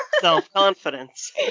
self-confidence